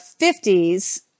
50s